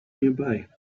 nearby